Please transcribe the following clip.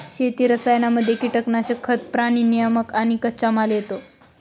शेती रसायनांमध्ये कीटनाशक, खतं, प्राणी नियामक आणि कच्चामाल येतो